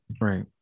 Right